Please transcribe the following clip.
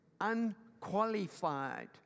unqualified